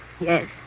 Yes